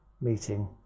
meeting